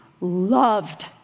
loved